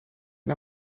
mir